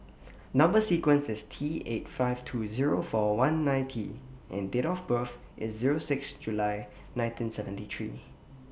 Number sequence IS T eight five two Zero four one nine T and Date of birth IS Zero six July nineteen seventy three